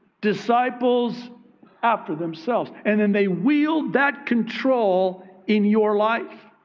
disciples after themselves and then they, wield that control in your life.